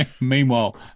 Meanwhile